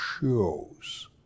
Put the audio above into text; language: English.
shows